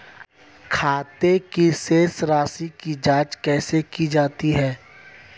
खाते की शेष राशी की जांच कैसे की जाती है?